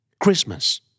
Christmas